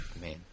Man